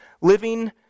living